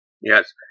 Yes